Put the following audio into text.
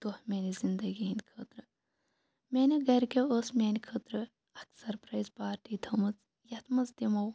دۄہ میانہِ زِنٛدگی ہِنٛدۍ خٲطرٕ میانیو گَرِکیو اوس میانہِ خٲطرٕ اِکھ سِرپرٛایِز پارٹی تھٲومٕژ یَتھ منٛز تِمو